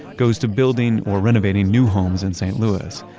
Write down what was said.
goes to building or renovating new homes in st. louis.